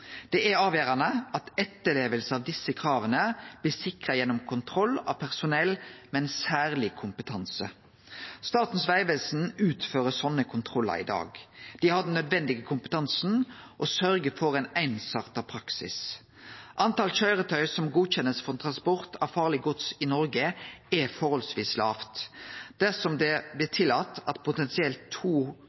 Det er avgjerande at etterleving av desse krava blir sikra gjennom kontroll av personell med ein særleg kompetanse. Statens vegvesen utfører sånne kontrollar i dag. Dei har den nødvendige kompetansen og sørgjer for ein einsarta praksis. Talet på køyretøy som blir godkjende for transport av farleg gods i Noreg, er forholdsvis lågt. Dersom det blir tillate at potensielt